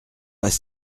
pas